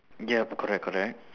yup correct correct